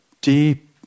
deep